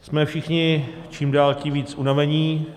Jsme všichni čím dál tím víc unavení.